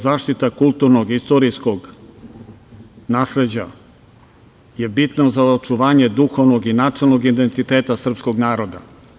Zaštita kulturnog i istorijskog nasleđa je bitna za očuvanje duhovnog i nacionalnog identiteta srpskog naroda.